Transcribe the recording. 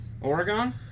Oregon